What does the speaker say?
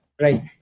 right